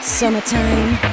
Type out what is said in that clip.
summertime